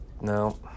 no